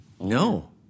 No